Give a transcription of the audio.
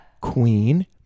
Queen